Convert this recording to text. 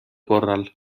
korral